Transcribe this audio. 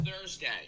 Thursday